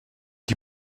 die